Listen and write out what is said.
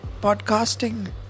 podcasting